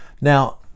Now